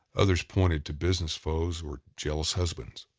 others pointed to business foes or jealous husbands.